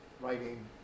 Writing